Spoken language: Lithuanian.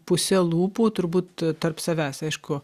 puse lūpų turbūt tarp savęs aišku